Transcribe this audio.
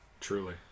Truly